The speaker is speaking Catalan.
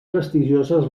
prestigioses